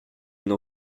n’en